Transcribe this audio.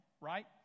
right